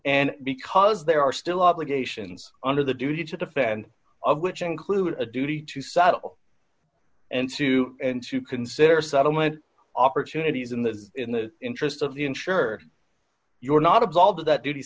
and because there are still obligations under the duty to defend of which include a duty to settle and sue and to consider settlement opportunities in the in the interest of the insurer your not absolved of that duty